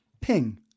Ping